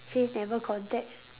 see never contact